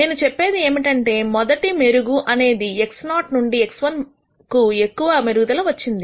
నేను చెప్పేది ఏమిటంటే మొదటి మెరుగు అనేది x0 నుండి x1 కు ఎక్కువ మెరుగుదల వచ్చింది